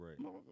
Right